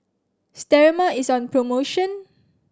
Sterimar is on promotion